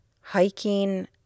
hiking